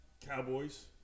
Cowboys